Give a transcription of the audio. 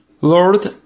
Lord